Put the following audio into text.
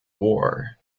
war